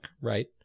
right